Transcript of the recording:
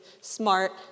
smart